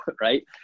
right